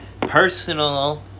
personal